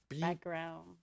background